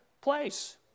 place